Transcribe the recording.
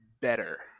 better